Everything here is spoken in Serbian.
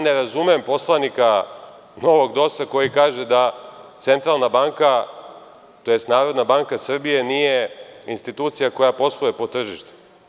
Ne razumem poslanika novog DOS-a koji kaže da centralna banka, odnosno NBS nije institucija koja posluje po tržištu.